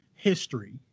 History